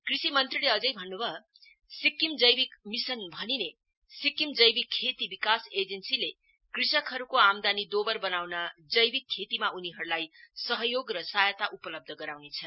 कृषि मंत्रीले अझै भन्नु भयो सिक्किम जैविक मिसन भनिने सिक्किम जैविक खेती विकास एजेन्सीले कृषकहरुको आमदानी दोवर बनाउन जैविक खेतीमा उनीहरुलाई सहयोग र सहायता उपल्बध गराउनेछ